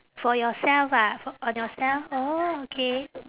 for yourself ah f~ on yourself orh okay